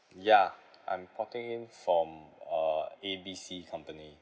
ya I'm porting in from uh A B C company